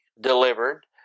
delivered